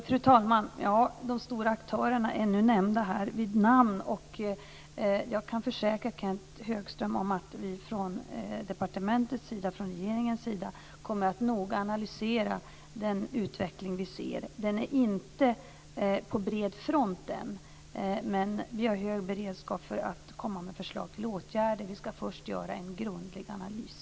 Fru talman! De stora aktörerna är nu nämnda vid namn. Jag kan försäkra Kenth Högström om att vi från departementets sida, från regeringens sida kommer att noga analysera den utveckling vi ser. Den är inte på bred front än, men vi har hög beredskap för att komma med förslag till åtgärder. Vi ska först göra en grundlig analys.